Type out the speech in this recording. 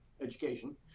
education